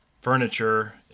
furniture